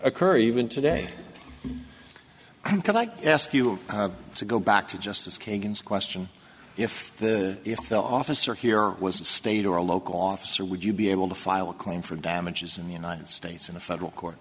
occur even today can i ask you to go back to justice kagan is question if the if the officer here was a state or local officer would you be able to file a claim for damages in the united states in a federal court